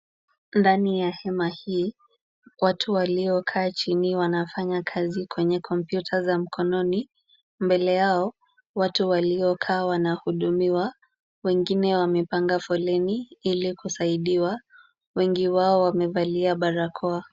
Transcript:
Ndani ya hema hii, watu waliokaa chini wanafanya kazi kwenye kompyuta za mkononi. Mbele yao watu waliokaa wanahudumiwa wengine wamepanga foleni ili kusaidiwa. Wengi wao wamevalia barakoa.